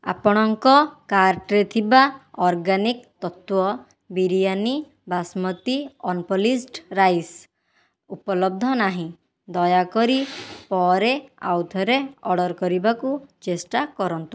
ଆପଣଙ୍କ କାର୍ଟ୍ରେ ଥିବା organic Tattva biryani basmati unpolished rice ଉପଲବ୍ଧ ନାହିଁ ଦୟାକରି ପରେ ଆଉଥରେ ଅର୍ଡ଼ର୍ କରିବାକୁ ଚେଷ୍ଟା କରନ୍ତୁ